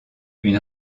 une